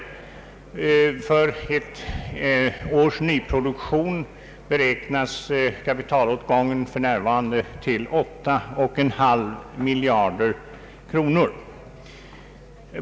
Kapitalåtgången för ett års nyproduktion beräknas för närvarande till 8,5 miljarder kronor.